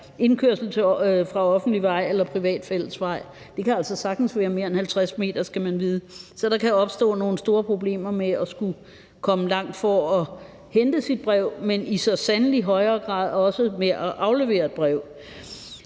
indkørsel fra offentlig vej eller privat fællesvej. Det kan altså sagtens være mere end 50 m, skal man vide. Så der kan opstå nogle store problemer med at skulle gå langt for at hente sit brev, men så sandelig i højere grad også for at aflevere et brev.